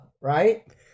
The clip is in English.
right